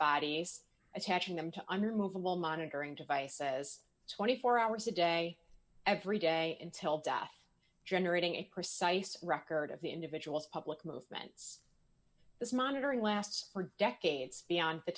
body attaching them to under movable monitoring device says twenty four hours a day every day until death generating a precise record of the individual's public movements this monitoring lasts for decades beyond the